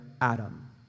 Adam